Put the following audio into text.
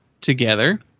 together